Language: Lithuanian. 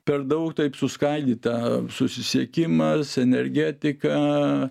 per daug taip suskaidytą susisiekimas energetika